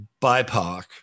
BIPOC